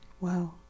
Wow